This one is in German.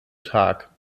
tag